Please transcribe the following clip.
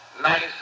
nice